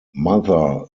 mother